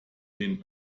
den